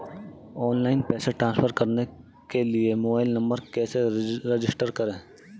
Online पैसे transfer करने के लिए मोबाइल नंबर कैसे रजिस्टर करें?